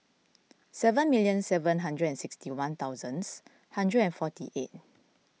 seven million seven hundred and sixty one thousands hundred and forty eight